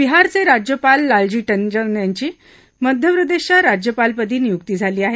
बिहारचे राज्यपाल लालजी टंडन यांची मध्य प्रदेशच्या राज्यपालपदी नियुक्ती झाली आहे